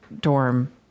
Dorm